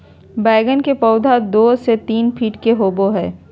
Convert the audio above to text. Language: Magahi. बैगन के पौधा दो से तीन फीट के होबे हइ